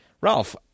Ralph